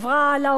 זה לא משתלם,